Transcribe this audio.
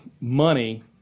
money